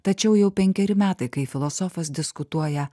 tačiau jau penkeri metai kai filosofas diskutuoja